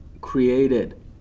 created